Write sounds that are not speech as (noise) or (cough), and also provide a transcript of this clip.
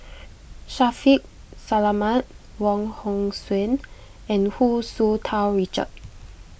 (noise) Shaffiq Selamat Wong Hong Suen and Hu Tsu Tau Richard (noise)